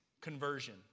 conversion